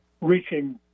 reaching